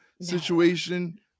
situation